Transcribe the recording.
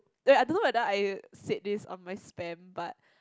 then I don't know whether I said this on my spam but